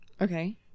Okay